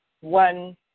one